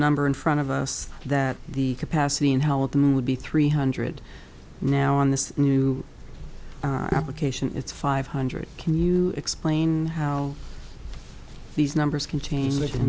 number in front of us that the capacity in hell of them would be three hundred now on this new application it's five hundred can you explain how these numbers can change